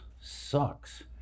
sucks